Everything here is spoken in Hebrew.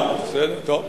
בסדר, טוב.